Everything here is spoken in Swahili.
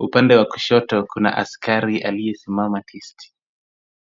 Upande wa kushoto kuna askari aliyesimama tisti.